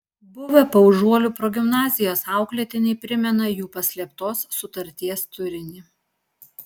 buvę paužuolių progimnazijos auklėtiniai primena jų paslėptos sutarties turinį